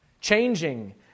Changing